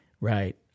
right